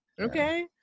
Okay